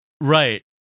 Right